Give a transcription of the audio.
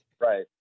Right